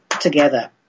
together